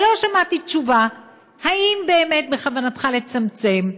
ולא שמעתי תשובה אם באמת בכוונתך לצמצם,